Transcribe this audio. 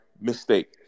Mistake